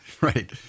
right